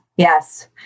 Yes